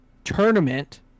Tournament